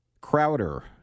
Crowder